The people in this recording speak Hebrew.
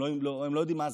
הם לא יודעים מה זה.